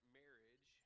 marriage